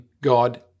God